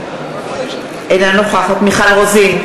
אינה נוכחת מיכל רוזין,